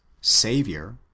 savior